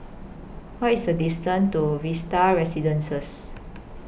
What IS The distance to Vista Residences